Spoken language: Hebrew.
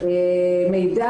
כי המוטיבציה